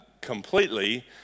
completely